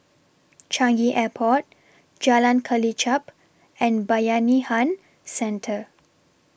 Changi Airport Jalan Kelichap and Bayanihan Centre